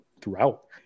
throughout